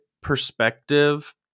perspective